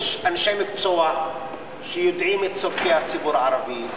יש אנשי מקצוע שיודעים את צורכי הציבור הערבי,